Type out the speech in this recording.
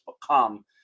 become